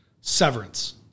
Severance